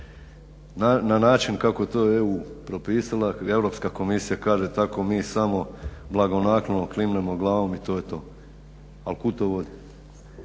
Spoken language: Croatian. na način kako je to EU propisala, Europska komisija kaže tako mi samo blagonaklono klimnemo glavom i to je to. Ali što